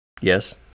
Yes